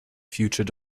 future